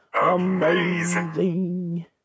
amazing